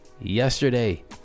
yesterday